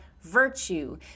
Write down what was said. virtue